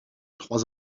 trois